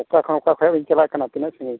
ᱚᱠᱟ ᱠᱷᱚᱱ ᱚᱠᱟ ᱥᱮᱫ ᱵᱤᱱ ᱪᱟᱞᱟᱜ ᱠᱟᱱᱟ ᱛᱤᱱᱟᱹᱜ ᱥᱟᱺᱜᱤᱧ